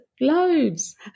loads